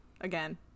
again